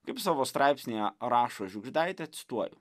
kaip savo straipsnyje rašo žiugždaitė cituoju